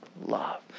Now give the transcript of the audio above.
love